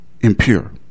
impure